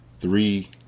three